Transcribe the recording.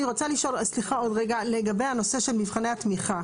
אני רוצה לשאול לגבי הנושא של מבחני התמיכה.